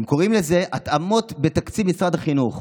הם קוראים לזה: התאמות בתקציב משרד החינוך.